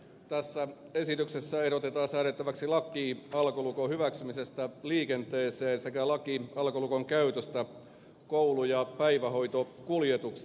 tässä esityksessä ehdotetaan säädettäväksi laki alkolukon hyväksymisestä liikenteeseen sekä laki alkolukon käytöstä koulu ja päivähoitokuljetuksissa